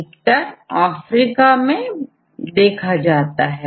अधिकतर यह अफ्रीका में देखा जाता है